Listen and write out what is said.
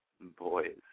boys